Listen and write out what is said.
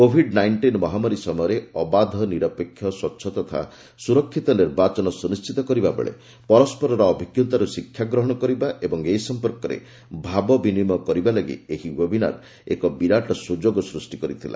Covid nineteen ମହାମାରୀ ସମୟରେ ଅବାଧ ନିରପେକ୍ଷ ସ୍ପଚ୍ଛ ତଥା ସୁରକ୍ଷିତ ନିର୍ବାଚନ ସୁନିଶ୍ଚିତ କରିବା ବେଳେ ପରସ୍କରର ଅଭିଜ୍ଞତାର୍ ଶିକ୍ଷାଗହଣ କରିବା ଏବଂ ଏ ସମ୍ପର୍କରେ ଭାବବିନିମୟ କରିବା ଲାଗି ଏହି ୱେବିନାର ଏକ ବିରାଟ୍ ସ୍ରଯୋଗ ସୃଷ୍ଟି କରିଥିଲା